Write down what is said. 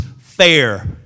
fair